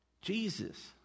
Jesus